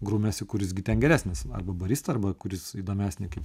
grumiasi kuris gi ten geresnis arba barista arba kuris įdomesnį kaip